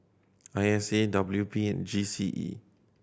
I S A W P and G C E